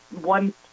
one